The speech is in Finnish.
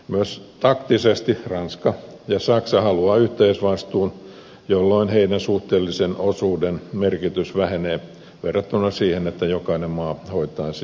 myös taktisesti ranska ja saksa haluavat yhteisvastuun jolloin heidän suhteellisen osuutensa merkitys vähenee verrattuna siihen että jokainen maa hoitaisi omat asiansa